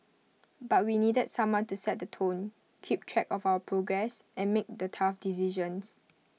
but we needed someone to set the tone keep track of our progress and make the tough decisions